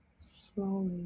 slowly